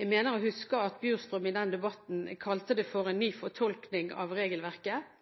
Jeg mener å huske at Bjurstrøm i den debatten kalte det for en ny fortolkning av regelverket.